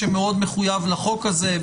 שמאוד מחויב לחוק הזה,